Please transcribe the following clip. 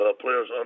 players